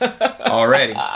Already